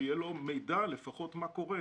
שיהיה לו מידע לפחות מה קורה.